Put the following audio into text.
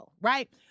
right